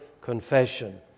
Confession